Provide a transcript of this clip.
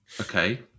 Okay